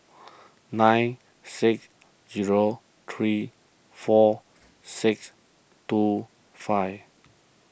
nine six zero three four six two five